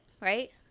right